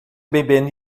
bebendo